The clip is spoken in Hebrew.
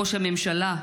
ראש הממשלה,